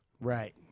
Right